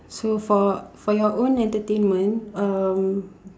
so for for your own entertainment um